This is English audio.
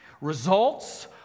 Results